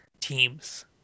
teams